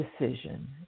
decision